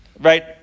right